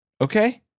okay